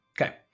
Okay